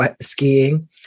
skiing